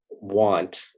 want